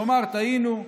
לומר: טעינו,